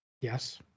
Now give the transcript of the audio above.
Yes